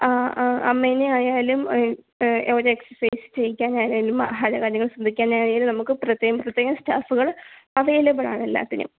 അമ്മേനെ ആയാലും ഒരു എക്സർസൈസ് ചെയ്യിക്കാനാണെങ്കിലും ആഹാര കാര്യങ്ങൾ ശ്രദ്ധിക്കാനായാലും നമുക്ക് പ്രത്യേകം പ്രത്യേകം സ്റ്റാഫുകൾ അവൈലബിൾ ആണ് എല്ലാത്തിനും